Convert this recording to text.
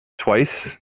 twice